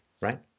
right